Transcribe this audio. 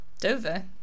Dover